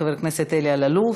חבר הכנסת אלי אלאלוף.